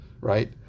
right